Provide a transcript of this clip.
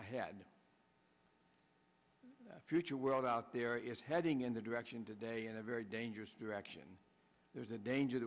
i had a future world out there is heading in the direction today in a very dangerous direction there's a danger